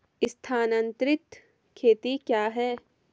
स्थानांतरित खेती क्या है?